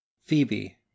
Phoebe